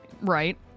Right